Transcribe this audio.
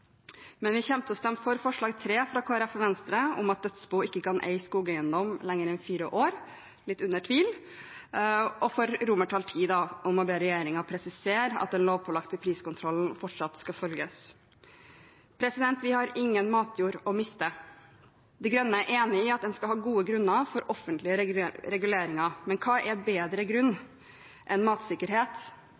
Men vi kommer til å stemme for forslag nr. 3, fra Kristelig Folkeparti og Venstre, om at dødsbo ikke kan eie skogeiendom lenger enn fire år – under litt tvil – og for X, om å be regjeringen presisere at den lovpålagte priskontrollen fortsatt skal følges. Vi har ingen matjord å miste. De Grønne er enig i at en skal ha gode grunner for offentlige reguleringer. Men hva er en bedre grunn enn matsikkerhet